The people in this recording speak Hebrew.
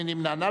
מי נמנע?